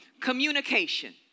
communication